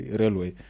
railway